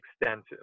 extensive